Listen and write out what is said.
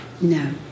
No